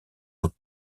aux